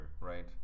right